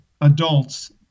adults